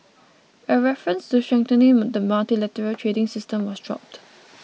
a reference to strengthening the multilateral trading system was dropped